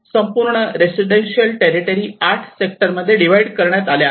संपूर्ण residential territory 8 sector मध्ये divide करण्यात आल्या आहेत